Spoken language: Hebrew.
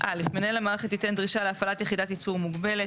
"(א) מנהל המערכת ייתן דרישה להפעלת יחידת ייצור מוגבלת,